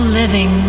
living